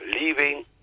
leaving